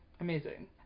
amazing